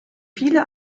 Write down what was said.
viele